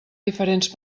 diferents